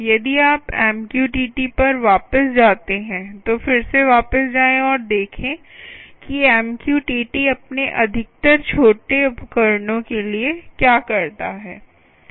यदि आप MQTT पर वापस जाते हैं तो फिर से वापस जाएँ और देखें कि MQTT अपने अधिकतर छोटे उपकरणों के लिए क्या करता है